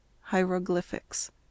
Hieroglyphics